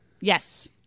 Yes